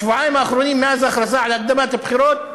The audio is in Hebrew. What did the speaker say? בשבועיים האחרונים, מאז ההכרזה על הקדמת הבחירות,